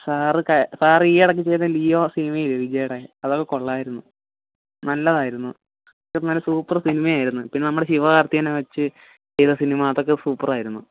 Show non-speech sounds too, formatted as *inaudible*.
sir sir ഈ ഇടയ്ക്ക് ചെയ്ത ലിയോ സിനിമയില്ലേ വിജയുടെ അതൊക്കെ കൊള്ളാമായിരുന്നു നല്ലതായിരുന്നു *unintelligible* നല്ല സൂപ്പറ് സിനിമ ആയിരുന്നു അത് പിന്നെ നമ്മുടെ ശിവ കാർത്തികേയനെ വച്ച് ചെയ്ത സിനിമ അതൊക്കെ സൂപ്പർ ആയിരുന്നു